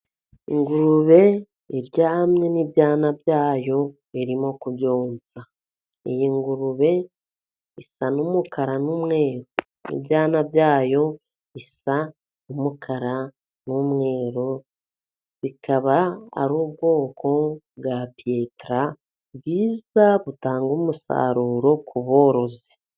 Ingurube iryamye n'ibyana byayo irimo kubyonsa, iyi ngurube isa n'umukara, n'umweru. Ibyana byayo bisa n'umukara, n'umweru bikaba ari ubwoko bwa piyetara bwiza butanga umusaruro ku borozi.